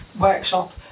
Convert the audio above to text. workshop